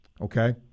okay